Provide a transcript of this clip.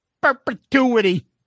perpetuity